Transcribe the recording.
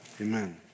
amen